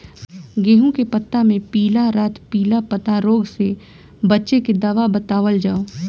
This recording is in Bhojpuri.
गेहूँ के पता मे पिला रातपिला पतारोग से बचें के दवा बतावल जाव?